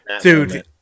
dude